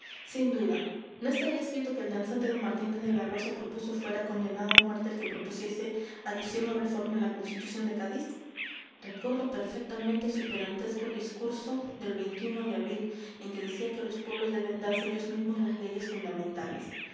sin duda no está allí escrito que el danzante de martínez de la rosa propuso fuera condenado a muerte el que propusiese adición o reforma en la constitución de cádiz recuerdo perfectamente su pedantesco discurso del de abril en que decía que los pueblos deben darse ellos mismos las leyes fundamentales